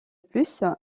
plus